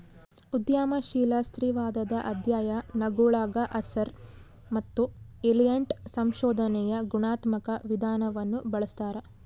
ಉದ್ಯಮಶೀಲ ಸ್ತ್ರೀವಾದದ ಅಧ್ಯಯನಗುಳಗಆರ್ಸರ್ ಮತ್ತು ಎಲಿಯಟ್ ಸಂಶೋಧನೆಯ ಗುಣಾತ್ಮಕ ವಿಧಾನವನ್ನು ಬಳಸ್ತಾರೆ